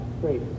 great